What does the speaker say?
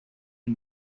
and